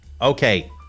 Okay